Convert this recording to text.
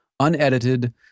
unedited